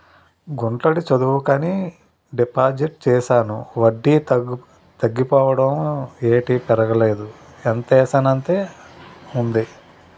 గుంటడి చదువుకని డిపాజిట్ చేశాను వడ్డీ తగ్గిపోవడం ఏటి పెరగలేదు ఎంతేసానంతే ఉంది